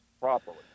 properly